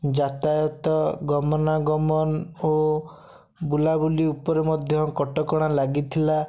ଯାତାୟାତ ଗମନାଗମନ ଓ ବୁଲାବୁଲି ଉପରେ ମଧ୍ୟ କଟକଣା ଲାଗିଥିଲା